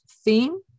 theme